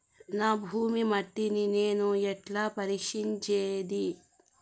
నా భూమి మట్టిని నేను ఎట్లా పరీక్షించేది?